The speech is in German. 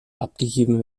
abgegeben